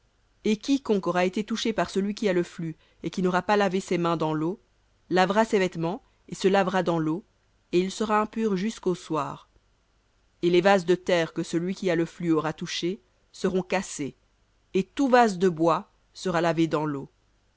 et quiconque aura été touché par celui qui a le flux et qui n'aura pas lavé ses mains dans l'eau lavera ses vêtements et se lavera dans l'eau et il sera impur jusqu'au soir et les vases de terre que celui qui a le flux aura touchés seront cassés et tout vase de bois sera lavé dans l'eau